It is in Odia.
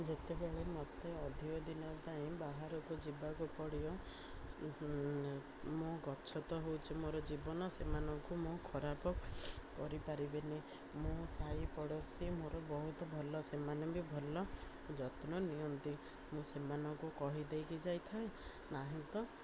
ଯେତେବେଳେ ମତେ ଅଧିକ ଦିନ ପାଇଁ ବାହାରକୁ ଯିବାକୁ ପଡ଼ିବ ମୁଁ ଗଛ ତ ହେଉଛି ମୋର ଜୀବନ ସେମାନଙ୍କୁ ମୁଁ ଖରାପ କରିପାରିବିନି ମୋ ସାହିପଡ଼ୋଶୀ ମୋର ବହୁତ ଭଲ ସେମାନେ ବି ଭଲ ଯତ୍ନ ନିଅନ୍ତି ମୁଁ ସେମାନଙ୍କୁ କହିଦେଇକି ଯାଇଥାଏ ନାହିଁ ତ